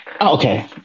okay